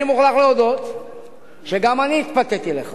אני מוכרח להודות שגם אני התפתיתי לכך.